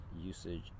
Usage